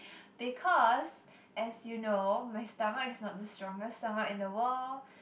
because as you know my stomach is not the strongest stomach in the world